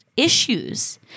Issues